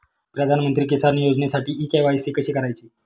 प्रधानमंत्री किसान योजनेसाठी इ के.वाय.सी कशी करायची?